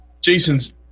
Jason's